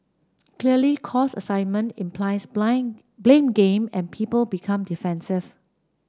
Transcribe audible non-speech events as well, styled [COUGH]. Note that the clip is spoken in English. clearly cause assignment implies [UNINTELLIGIBLE] blame game and people become defensive